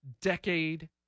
decade